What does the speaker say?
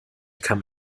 kam